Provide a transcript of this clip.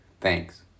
Thanks